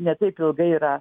ne taip ilgai yra